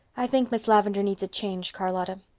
i think miss lavendar needs a change, charlotta.